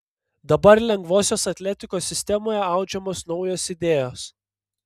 dabar lengvosios atletikos sistemoje audžiamos naujos idėjos